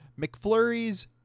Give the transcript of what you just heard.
McFlurries